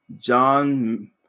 John